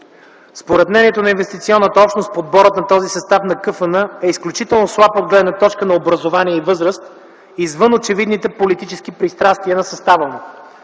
Според мнението на инвестиционната общност подборът на този състав на КФН е изключително слаб от гледна точка на образование и възраст, извън очевидните политически пристрастия на състава му.